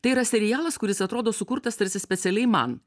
tai yra serialas kuris atrodo sukurtas tarsi specialiai man